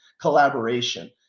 collaboration